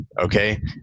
okay